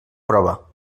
prova